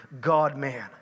God-man